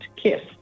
kiss